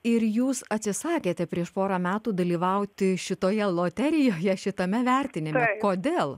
ir jūs atsisakėte prieš porą metų dalyvauti šitoje loterijoje šitame vertinime kodėl